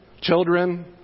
children